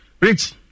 rich